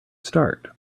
start